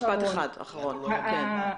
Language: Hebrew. משפט אחד אחרון, כן.